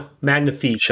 magnifique